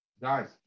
Guys